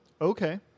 Okay